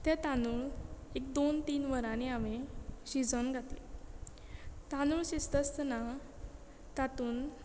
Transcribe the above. ते तांदूळ एक दोन तीन वरांनी हांवें शिजोवन घातले तांदूळ शिजता आसतना तातूंत